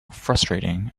frustrating